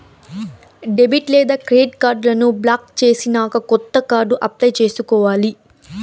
debit లేదా credit కార్డులను block చేసినాక కొత్త కార్డు అప్లై చేసుకోవాలి